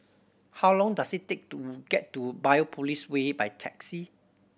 how long does it take to get to Biopolis Way by taxi